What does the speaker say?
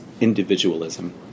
individualism